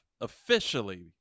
officially